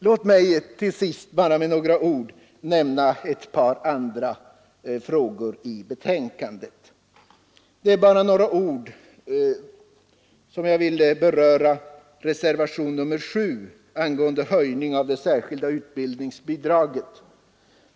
Låt mig bara med några ord beröra ett par andra frågor i betänkandet. Det gäller först reservationen 7 angående höjning av det särskilda utbildningsbidraget.